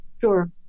Sure